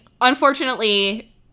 unfortunately